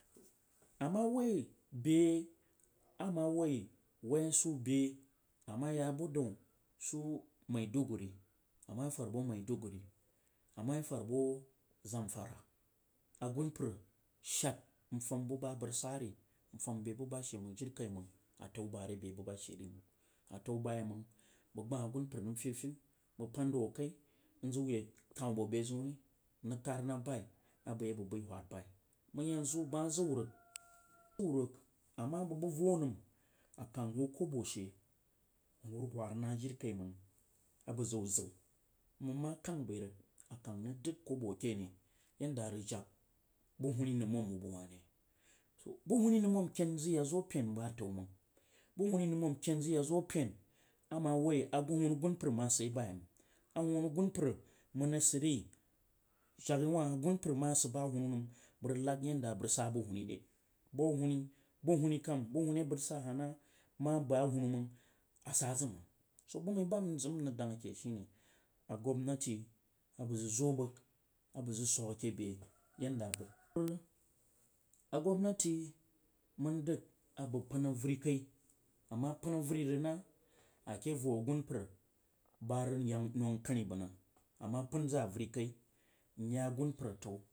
Ama wuh bei ama wuh waynsu bei ama yah bu dau su maiduguri ama yeh fan bu maiduguri, ama yeh dan bu zamfara a gunmparr sjar n dan bu ba manf rig sah ri nfam buba hse mang jirikaimang atau ba ri be bu ba she ri mang ataou bu gbah gunmpar nam fyaghi bang pan zanf wuh kai nzang wuh yer yah bo be seun re nrig kanf ma bai a bang bai a bang bai wud bai mang yeir zi bang ma zang wuh rig, ama bang bai manf yan zu bang ma zang wuh rig whad na jirikaimang bang zang wuh zau nang ma kai bai rig a kam rig dang kobo keh ne? A rig jak bu numab ywoh bang wah ri buwuni nom rked zang yak zu pang mang buwuni nom ked yak zu oan atam mang buwuni nomked pan, ama wuh a bu wuni gunmpar ma sid yeh na yeh manf a wunuagun mpar ma sid ri jeh wah a gunmpar ma sid ba a wunu nom bang rig lag yam da a bag rig sah bu wuni buni buni kam buni a bang rig sah na ma bang awnunu sah zang mang to bu be mni bn nzam nrig dang keh bang gwabnati a bang zang zu bang a banf zang suk keh bei yeh da a bang ku, gwabnati ma dang a bang pan dwir kai ama pan over na a keh vo gunmpart ba rig yek nang kenni bang nang ama pan za wvar kai nyah a gunmpar atau.